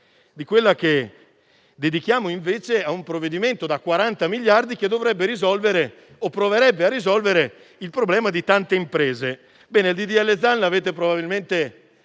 di quella che dedichiamo ad un provvedimento da 40 miliardi che dovrebbe risolvere o proverebbe a risolvere i problemi di tante imprese. Il disegno di legge Zan probabilmente